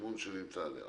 תודה.